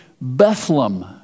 Bethlehem